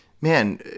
man